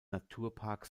naturpark